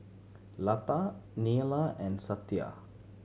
Lata Neila and Satya